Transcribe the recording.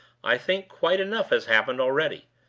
i think quite enough has happened already.